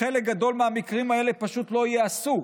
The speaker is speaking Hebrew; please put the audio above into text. חלק גדול מהמקרים האלה פשוט לא ייעשה.